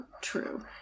true